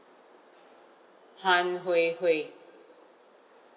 han hui hui